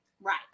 Right